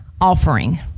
offering